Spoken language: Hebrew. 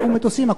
חטפו מטוסים,